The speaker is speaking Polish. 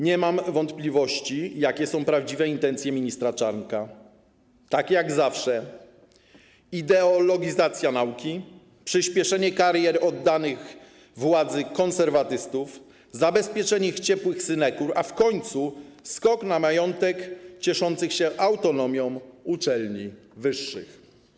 Nie mam wątpliwości, jakie są prawdziwe intencje ministra Czarnka, czyli tak jak zawsze ideologizacja nauki, przyspieszenie karier oddanych władzy konserwatystów, zabezpieczenie ich ciepłych synekur, a w końcu skok na majątek cieszących się autonomią uczelni wyższych.